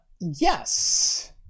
yes